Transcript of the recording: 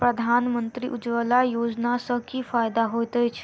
प्रधानमंत्री उज्जवला योजना सँ की फायदा होइत अछि?